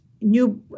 new